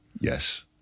Yes